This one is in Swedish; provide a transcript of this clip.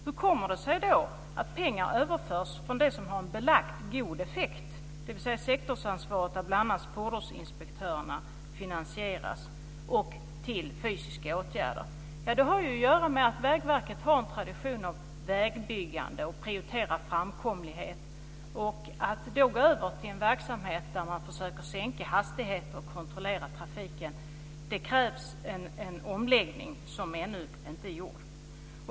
Hur kommer det sig då att pengar överförs från det som har en belagt god effekt, dvs. sektorsansvaret där bl.a. fordonsinspektörerna finansieras, till fysiska åtgärder? Jo, det har att göra med att Vägverket har en tradition av vägbyggande. Man prioriterar framkomlighet. Att gå över till en verksamhet där man försöker sänka hastigheter och kontrollera trafiken kräver en omläggning som ännu inte är gjord.